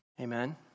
Amen